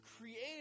created